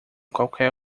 qualquer